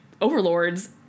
overlords